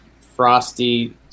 Frosty